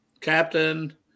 Captain